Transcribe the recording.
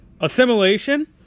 Assimilation